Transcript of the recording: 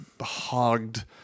hogged